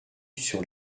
sur